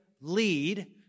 lead